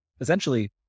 Essentially